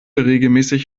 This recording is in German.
regelmäßig